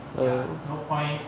mm